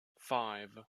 five